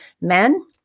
men